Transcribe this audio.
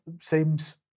seems